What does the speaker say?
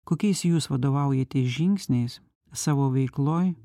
kokiais jūs vadovaujatės žingsniais savo veikloj